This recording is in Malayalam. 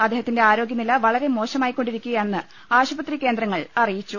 അദ്ദേഹത്തിന്റെ ആരോഗ്യനില വളരെ മോശമായിക്കൊണ്ടിരിക്കുകയാണെന്ന് ആശുപത്രി കേന്ദ്രങ്ങൾ അറിയിച്ചു